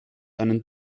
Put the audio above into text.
einen